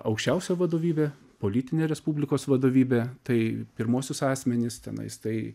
aukščiausią vadovybę politinę respublikos vadovybę pirmuosius asmenis tenais tai